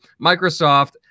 Microsoft